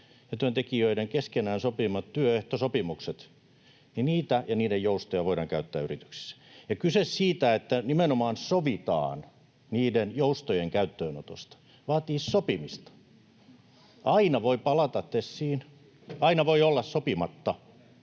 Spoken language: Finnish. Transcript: ja työntekijöiden keskenään sopimia työehtosopimuksia, ja niiden joustoja voidaan käyttää yrityksissä. Kyse on siitä, että nimenomaan sovitaan niiden joustojen käyttöönotosta — vaatii sopimista. Aina voi palata TESiin, aina voidaan olla sopimatta.